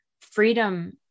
Freedom